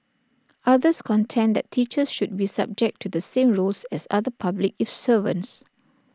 others contend that teachers should be subject to the same rules as other public if servants